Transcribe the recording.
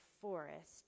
forest